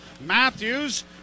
matthews